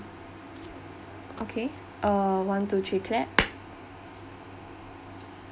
okay uh one two three clap